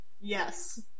Yes